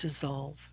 dissolve